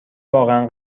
واقعا